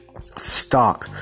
Stop